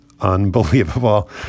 unbelievable